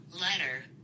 Letter